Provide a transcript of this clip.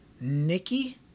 Nikki